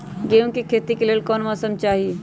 गेंहू के खेती के लेल कोन मौसम चाही अई?